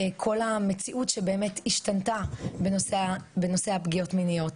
כל המציאות שבאמת השתנתה בנושא הפגיעות המיניות.